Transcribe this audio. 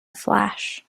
flash